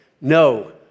no